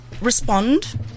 Respond